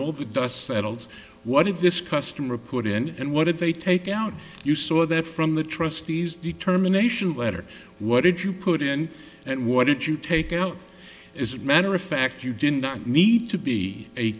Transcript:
all the dust settles what if this customer put in and what did they take out you saw that from the trustees determination letter what did you put in and what did you take out is a matter of fact you did not need to be a